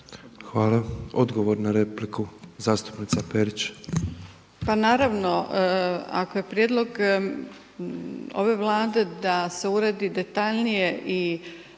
Hvala. Odgovor na repliku zastupnica Perić. **Perić, Grozdana (HDZ)** Pa naravno ako je prijedlog ove Vlade da se uredi detaljnije i